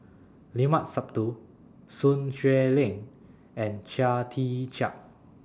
Limat Sabtu Sun Xueling and Chia Tee Chiak